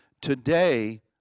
today